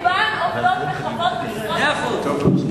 רובן עובדות, מאה אחוז.